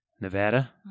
nevada